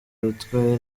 bitwaye